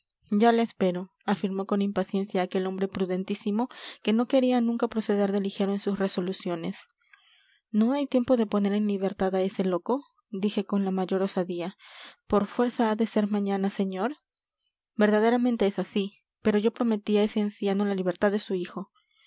ya la espero afirmó con impaciencia aquel hombre prudentísimo que no quería nunca proceder de ligero en sus resoluciones no hay tiempo de poner en libertad a ese loco dije con la mayor osadía por fuerza ha de ser mañana señor verdaderamente es así pero yo prometí a ese anciano la libertad de su hijo